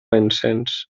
encens